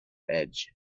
edge